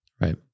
Right